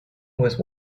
with